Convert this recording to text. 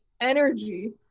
energy